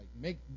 Make